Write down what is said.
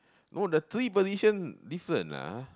no the three position different ah